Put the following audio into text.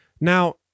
Now